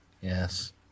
Yes